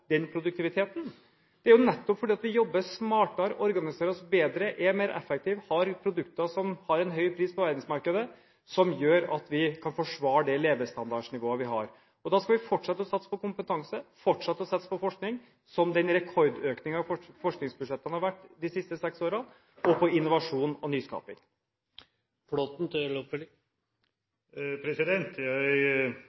den produktiviteten. Det er jo nettopp fordi vi jobber smartere, organiserer oss bedre, er mer effektive, har produkter som har en høy pris på verdensmarkedet, som gjør at vi kan forsvare det levestandardnivået vi har. Da skal vi fortsette å satse på kompetanse, fortsette å satse på forskning – det har vært en rekordøkning i forskningsbudsjettet de siste seks årene – og på innovasjon og